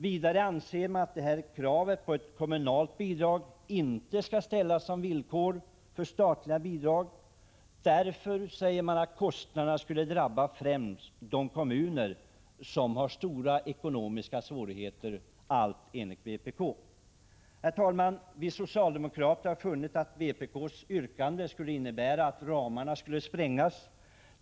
Vpk anser också att krav på kommunalt bidrag inte skall ställas som villkor för statliga bidrag, eftersom kostnaderna främst drabbar de kommuner som har stora ekonomiska svårigheter — allt enligt vpk. Vi socialdemokrater har funnit att vpk:s yrkande innebär att ramarna skulle sprängas.